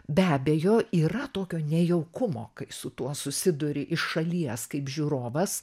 be abejo yra tokio nejaukumo kai su tuo susiduri iš šalies kaip žiūrovas